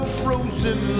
frozen